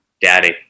daddy